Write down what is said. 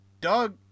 Doug